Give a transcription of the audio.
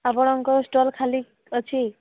ଆପଣଙ୍କ ଷ୍ଟଲ୍ ଖାଲି ଅଛି